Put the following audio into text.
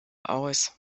aus